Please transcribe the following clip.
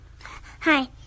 Hi